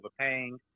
overpaying